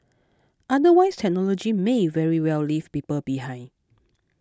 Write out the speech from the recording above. otherwise technology may very well leave people behind